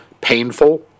painful